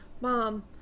Mom